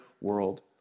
world